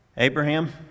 Abraham